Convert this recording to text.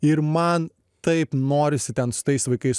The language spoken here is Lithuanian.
ir man taip norisi ten su tais vaikais